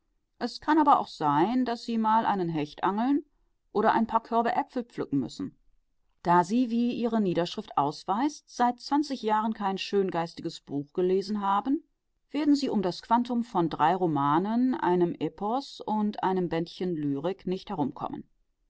es kann aber auch sein daß sie mal einen hecht angeln oder ein paar körbe äpfel pflücken müssen da sie wie ihre niederschrift ausweist seit zwanzig jahren kein schöngeistiges buch gelesen haben werden sie um das quantum von drei romanen einem epos und einem bändchen lyrik nicht